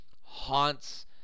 haunts –